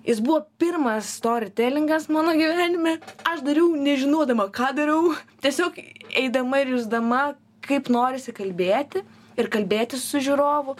jis buvo pirmas storitelingas mano gyvenime aš dariau nežinodama ką dariau tiesiog eidama ir jusdama kaip norisi kalbėti ir kalbėtis su žiūrovu